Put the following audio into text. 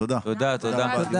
תודה רבה.